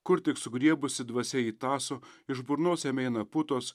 kur tik sugriebusi dvasia jį tąso iš burnos jam eina putos